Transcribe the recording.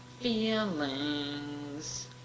feelings